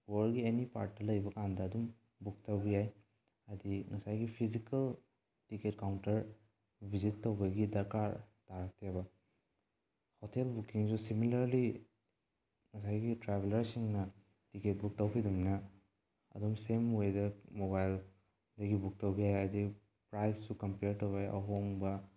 ꯋꯥꯔꯜꯒꯤ any ꯄꯥꯔꯠꯇ ꯂꯩꯕ ꯀꯥꯟꯗ ꯑꯗꯨꯝ ꯕꯨꯛ ꯇꯧꯕ ꯌꯥꯏ ꯍꯥꯏꯗꯤ ꯉꯁꯥꯏꯒꯤ ꯐꯤꯖꯤꯀꯦꯜ ꯇꯤꯀꯦꯠ ꯀꯥꯎꯟꯇꯔ ꯚꯤꯁꯤꯠ ꯇꯧꯕꯒꯤ ꯗꯔꯀꯥꯔ ꯇꯥꯔꯛꯇꯦꯕ ꯍꯣꯇꯦꯜ ꯕꯨꯀꯤꯡꯁꯨ ꯁꯤꯃꯤꯂꯥꯔꯂꯤ ꯉꯁꯥꯏꯒꯤ ꯇ꯭ꯔꯥꯕꯦꯂꯔꯁꯤꯡꯅ ꯇꯤꯀꯦꯠ ꯕꯨꯛ ꯇꯧꯈꯤꯕ ꯑꯗꯨꯃꯥꯏꯅ ꯑꯗꯨꯝ ꯁꯦꯝ ꯋꯦꯗ ꯃꯣꯕꯥꯏꯜꯗꯒꯤ ꯕꯨꯛ ꯇꯧꯕ ꯌꯥꯏ ꯍꯥꯏꯗꯤ ꯄ꯭ꯔꯥꯏꯖꯁꯨ ꯀꯝꯄꯤꯌꯔ ꯇꯧꯕ ꯌꯥꯏ ꯑꯍꯣꯡꯕ